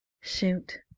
Shoot